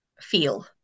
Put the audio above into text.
feel